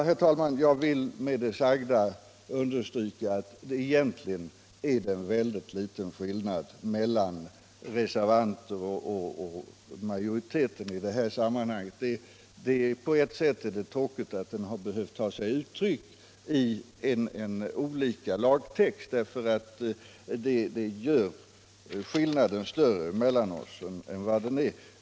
Herr talman! Jag vill med det sagda understryka att det egentligen är liten skillnad mellan reservanterna och majoriteten. På ett sätt är det tråkigt att den har behövt ta sig uttryck i olika lagtexter. Det gör skillnaden större mellan oss än vad den är.